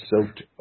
soaked